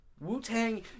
Wu-Tang